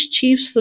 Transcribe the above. chiefs